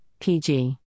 PG